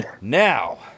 Now